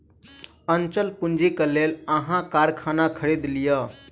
अचल पूंजी के लेल अहाँ कारखाना खरीद लिअ